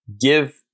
give